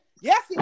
Yes